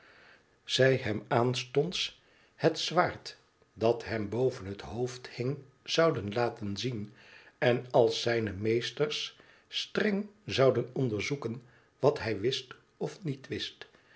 zij hem aanstonds het zwaard dat hem boven het hoofd hing zouden laten zien en als zijne meesters streng zouden onderzoeken wat hij wist of niet wist